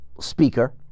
speaker